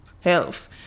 health